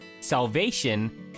salvation